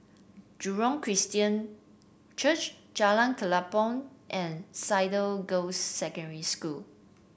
Jurong Christian Church Jalan Kelempong and Cedar Girls' Secondary School